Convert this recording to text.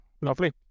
Lovely